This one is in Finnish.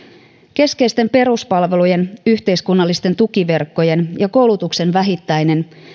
keskeisten peruspalvelujen yhteiskunnallisten tukiverkkojen ja koulutuksen vähittäinen